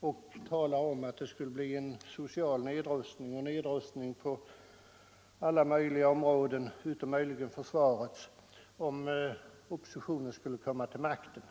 och talar om att det skulle bli en social nedrustning och en nedrustning på alla möjliga områden — utom kanske försvarets — om oppositionen skulle komma till makten.